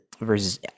versus